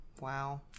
wow